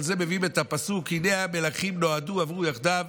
על זה מביאים את הפסוק: "הנה המלכים נועדו עברו יחדָו,